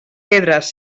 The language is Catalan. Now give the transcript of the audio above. pedres